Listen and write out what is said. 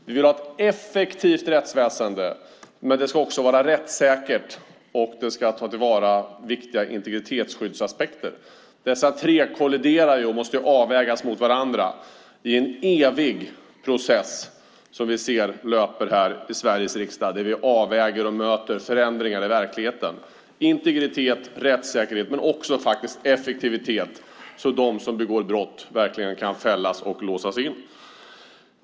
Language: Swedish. Vi vill ha ett effektivt rättsväsen, men det ska också vara rättssäkert och det ska ta till vara viktiga integritetsskyddsaspekter. Dessa tre kolliderar och måste vägas mot varandra. Det är en evig process som vi ser löpa här i Sveriges riksdag då vi avväger och möter förändringarna i verkligheten. Det handlar om integritet och rättssäkerhet men också om effektivitet, så att de som begår brott verkligen kan fällas och låsas in.